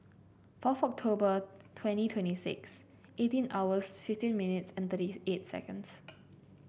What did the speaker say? fourth October twenty twenty six eighteen hours fifteen minutes and thirty eight seconds